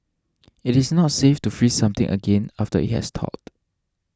it is not safe to freeze something again after it has thawed